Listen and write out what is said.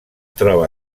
troba